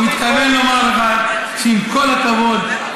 אני מתכוון לומר לך שעם כל הכבוד,